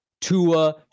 Tua